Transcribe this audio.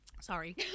Sorry